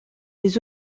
des